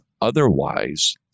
Otherwise